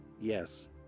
yes